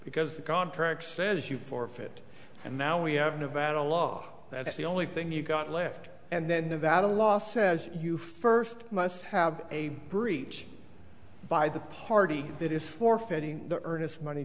because the contract says you forfeit and now we have nevada law that's the only thing you got left and then the vattel law says you first must have a breach by the party that is for fitting the earnest money